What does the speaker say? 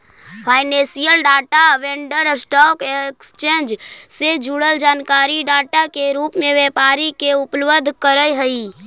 financial data vendor stock exchange से जुड़ल जानकारी डाटा के रूप में व्यापारी के उपलब्ध करऽ हई